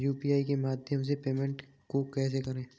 UPI के माध्यम से पेमेंट को कैसे करें?